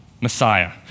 Messiah